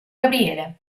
gabriele